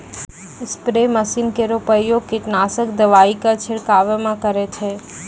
spray machine केरो प्रयोग कीटनाशक दवाई क छिड़कावै म काम करै छै